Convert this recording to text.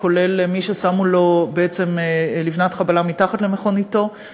כולל מי ששמו לו לבנת חבלה מתחת למכוניתו,